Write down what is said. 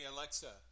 Alexa